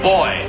Boy